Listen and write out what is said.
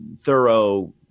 thorough